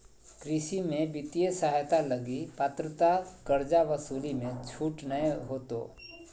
कृषि में वित्तीय सहायता लगी पात्रता कर्जा वसूली मे छूट नय होतो